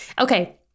Okay